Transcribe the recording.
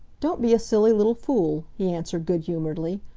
don't be a silly little fool, he answered good-humouredly.